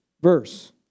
verse